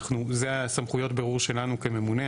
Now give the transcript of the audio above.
זה סמכויות הבירור שלנו כממונה.